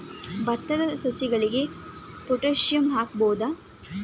ಭತ್ತದ ಸಸಿಗಳಿಗೆ ಪೊಟ್ಯಾಸಿಯಂ ಹಾಕಬಹುದಾ?